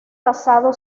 casado